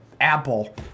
Apple